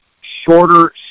shorter